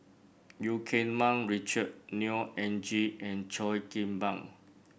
Eu Keng Mun Richard Neo Anngee and Cheo Kim Ban